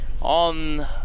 on